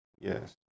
yes